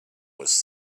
was